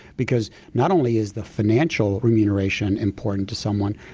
because not only is the financial remuneration important to someone,